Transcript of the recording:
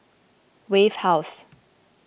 Wave House